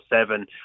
seven